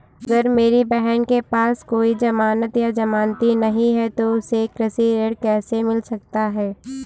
अगर मेरी बहन के पास कोई जमानत या जमानती नहीं है तो उसे कृषि ऋण कैसे मिल सकता है?